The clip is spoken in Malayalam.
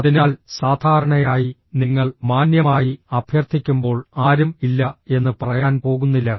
അതിനാൽ സാധാരണയായി നിങ്ങൾ മാന്യമായി അഭ്യർത്ഥിക്കുമ്പോൾ ആരും ഇല്ല എന്ന് പറയാൻ പോകുന്നില്ല